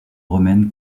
romaine